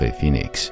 Phoenix 。